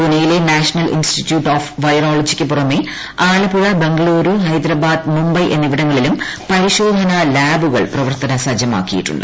പുനെയിലെ national institute of വൈറോളജിയ്ക്കു പുറമെ ആലപ്പുഴ ബംഗലുരൂ ഹൈദരാബാദ് മുംബൈ എന്നിവിടങ്ങളിലും പരിശോധനാ ലാബുകൾ പ്രവർത്തന സജ്ജമാക്കിയിട്ടുണ്ട്